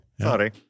Sorry